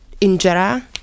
injera